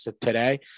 today